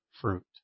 fruit